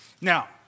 Now